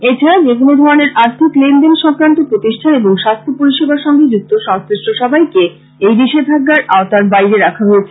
এছাড়া যেকোনো ধরণের আর্থিক লেনদেন সংক্রান্ত প্রতিষ্ঠান এবং স্বাস্থ্য পরিষেবার সঙ্গে যুক্ত সংশ্লিষ্ট সবাইকে এই নিষেধাজ্ঞার আওতার বাইরে রাখা হয়েছে